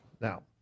Now